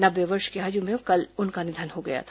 नब्बे वर्ष ेकी आयु में कल उनका निधन हो गया था